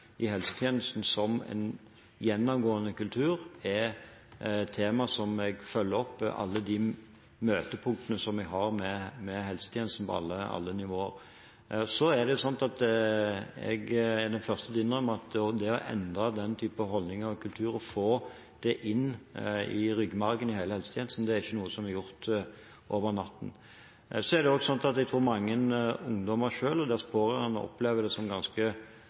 i helsetjenesten som en gjennomgående kultur, er et tema som jeg følger opp i alle de møtepunktene som jeg har med helsetjenesten på alle nivåer. Men jeg er den første til å innrømme at det å endre den typen holdninger og kultur og få det inn i ryggmargen i hele helsetjenesten, ikke er noe som er gjort over natten. Jeg tror også mange ungdommer selv og deres pårørende opplever det som ikke alltid like lett å være den som skal være tydelig. Det er en av grunnene til at